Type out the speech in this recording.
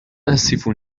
آسف